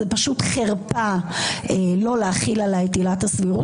זה פשוט חרפה לא להחיל עליה את עילת הסבירות.